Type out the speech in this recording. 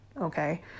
Okay